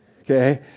Okay